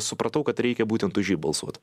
supratau kad reikia būtent už jį balsuot